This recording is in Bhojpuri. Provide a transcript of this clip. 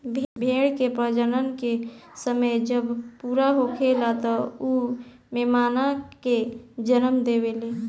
भेड़ के प्रजनन के समय जब पूरा होखेला त उ मेमना के जनम देवेले